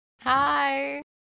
Hi